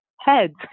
heads